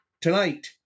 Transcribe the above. tonight